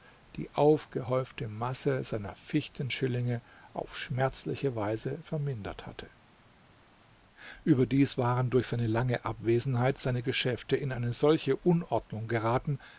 die aufgehäufte masse seiner fichten schillinge auf schmerzliche weise vermindert hatte überdies waren durch seine lange abwesenheit seine geschäfte in eine solche unordnung geraten